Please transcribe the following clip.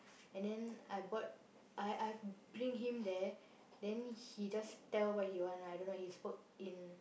and then I bought I I bring him there then he just tell what he want lah I don't know he spoke in